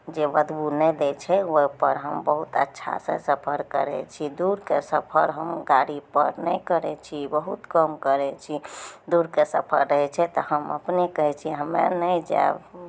जे बदबू नहि दै छै ओहिपर हम बहुत अच्छासँ सफर करै छी दूरके सफर हम गाड़ीपर नहि करै छी बहुत कम करै छी दूरके सफर रहै छै तऽ हम अपने कहै छियै हमे नहि जायब